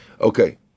Okay